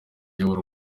uyobora